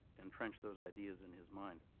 entrenched those ideas in his mind.